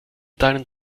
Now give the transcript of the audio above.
deinen